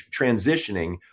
transitioning